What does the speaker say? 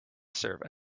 service